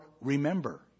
remember